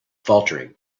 faltering